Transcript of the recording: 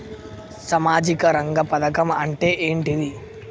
సామాజిక రంగ పథకం అంటే ఏంటిది?